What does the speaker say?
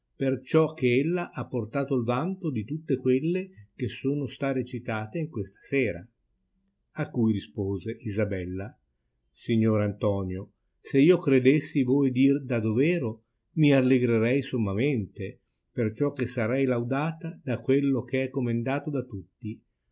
alcuna perciò che ella ha portato il vanto di tutte quelle che sono sta recitate in questa sera a cui rispose isabella signor antonio se io credessi voi dir da dovero mi allegrerei sommamente perciò che sarrei laudata da quello che è comendato da tutti